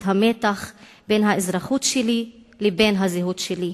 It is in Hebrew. המתח בין האזרחות שלי לבין הזהות שלי,